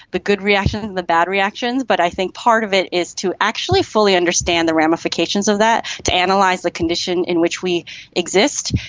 the good reactions and the bad reactions, but i think part of it is to actually fully understand the ramifications of that, to analyse and like the condition in which we exist,